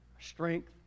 strength